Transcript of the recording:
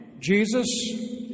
Jesus